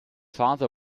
father